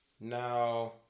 Now